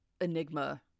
enigma